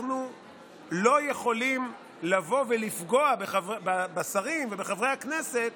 אנחנו לא יכולים לבוא ולפגוע בשרים ובחברי הכנסת